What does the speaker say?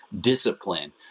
discipline